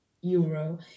euro